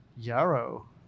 yarrow